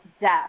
death